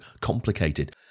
complicated